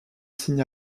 signe